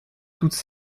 toutes